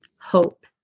hope